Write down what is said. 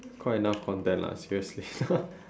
quite enough content lah seriously